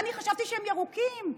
ואני חשבתי שהם ירוקים,